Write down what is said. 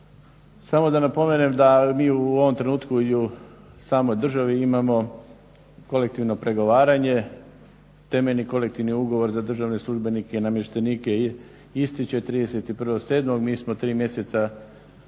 Samo da napomenem da mi u ovom trenutku i u samoj državi imamo kolektivno pregovaranje, temeljni kolektivni ugovor za državne službenike i namještenike, ističe 31.7. Mi smo 3 mjeseca pred istek